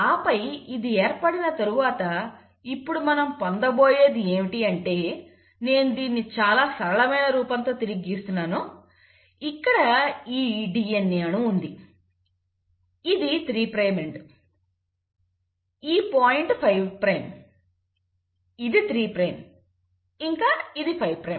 ఆపై ఇది ఏర్పడిన తర్వాత ఇప్పుడు మనం పొందబోయేది ఏమిటంటే నేను దీన్ని చాలా సరళమైన రూపంతో తిరిగి గీస్తున్నాను ఇక్కడ ఈ DNA అణువు ఉంది ఇది 3 ప్రైమ్ అండ్ ఈ పాయింట్ 5 ప్రైమ్ ఇది 3 ప్రైమ్ ఇంకా ఇది 5 ప్రైమ్